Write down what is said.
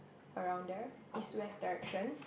around there East West direction